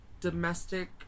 domestic